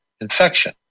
infection